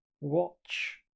watch